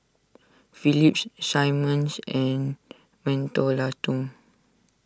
Phillips Simmons and Mentholatum